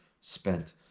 spent